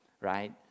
right